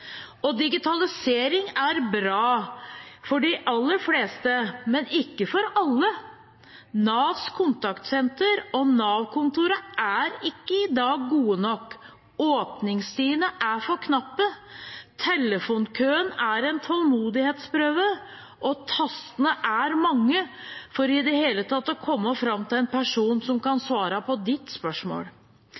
Digitalisering er bra for de aller fleste, men ikke for alle. Navs kontaktsenter og Nav-kontoret er ikke i dag gode nok. Åpningstidene er for knappe, telefonkøen er en tålmodighetsprøve, og tastene er mange for i det hele tatt å komme fram til en person som kan svare på spørsmål.